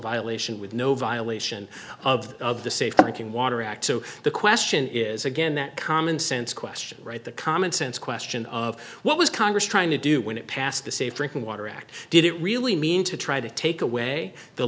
violation with no violation of the safe thinking water act so the question is again that common sense question right the common sense question of what was congress trying to do when it passed the safe drinking water act did it really mean to try to take away the